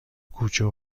کوچه